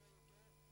חברי חברי הכנסת,